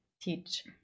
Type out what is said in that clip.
teach